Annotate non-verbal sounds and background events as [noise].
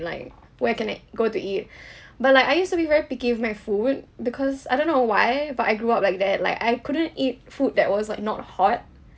like where can I to go to eat [breath] but like I used to be very picky with my food because I don't know why but I grew up like that like I couldn't eat food that was like not hot [breath]